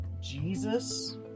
Jesus